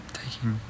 taking